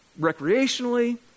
recreationally